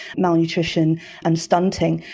malnutrition and stunting.